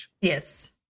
Yes